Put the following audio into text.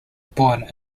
born